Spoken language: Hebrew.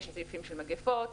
מגיפות.